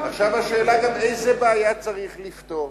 עכשיו השאלה גם איזו בעיה צריך לפתור.